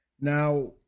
now